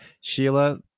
Sheila